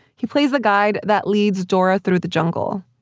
he plays the guide that leads dora through the jungle.